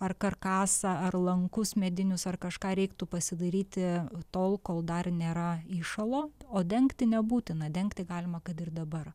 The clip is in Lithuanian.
ar karkasą ar lankus medinius ar kažką reiktų pasidaryti tol kol dar nėra įšalo o dengti nebūtina dengti galima kad ir dabar